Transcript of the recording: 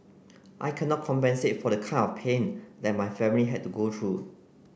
I cannot compensate for the kind of pain that my family had to go through